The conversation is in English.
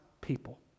people